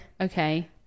okay